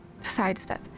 sidestep